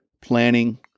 planning